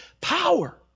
power